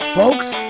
folks